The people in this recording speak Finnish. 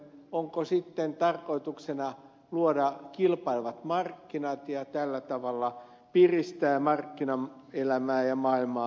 onko sitten tarkoituksena luoda kilpailevat markkinat ja tällä tavalla piristää markkinaelämää ja maailmaa